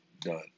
done